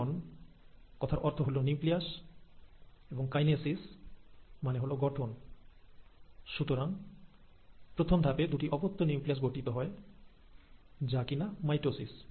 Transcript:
carry on কথার অর্থ হল নিউক্লিয়াস এবং কাইনেসিস মানে হলো গঠন সুতরাং প্রথম ধাপে দুটি অপত্য নিউক্লিয়াস গঠিত হয় যা কিনা মাইটোসিস